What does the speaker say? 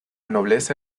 nobleza